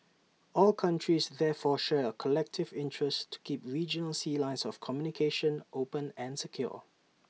all countries therefore share A collective interest to keep regional sea lines of communication open and secure